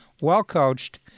well-coached